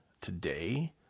today